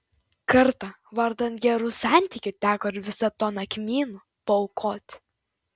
kartą vardan gerų santykių teko ir visą toną kmynų paaukoti